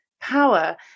power